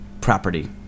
property